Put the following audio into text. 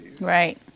Right